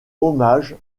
hommage